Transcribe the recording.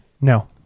No